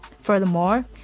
Furthermore